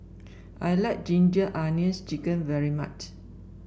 I like Ginger Onions chicken very much